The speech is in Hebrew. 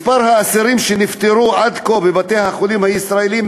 מספר האסירים שנפטרו עד כה בבתי-החולים הישראליים,